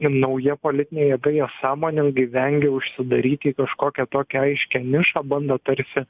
nauja politinė jėga jie sąmoningai vengia užsidaryti į kažkokią tokią aiškią nišą bando tarsi